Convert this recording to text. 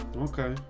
Okay